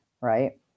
Right